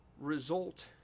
result